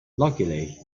luckily